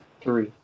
three